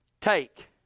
take